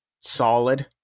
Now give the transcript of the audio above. solid